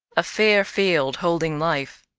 a fair field holding life.